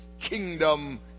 kingdom